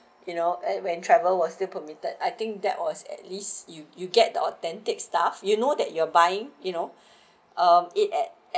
you know at when travel was still permitted I think that was at least you you get the authentic stuff you know that you are buying you know um it at